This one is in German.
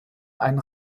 einen